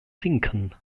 sinken